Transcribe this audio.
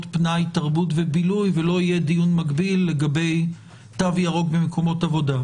פנאי תרבות ובילוי ולא יהיה דיון מקביל לגבי תו ירוק במקומות עבודה.